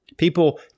People